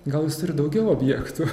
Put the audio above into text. gal jūs turit daugiau objektų